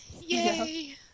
yay